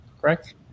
correct